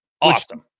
Awesome